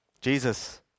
Jesus